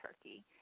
turkey